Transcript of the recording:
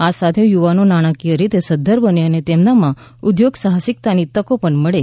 આ સાથે યુવાનો નાણાંકીય રીતે સદ્વર બને તેમનામાં ઉદ્યોગ સાહસિકતાની તકો પણ મળે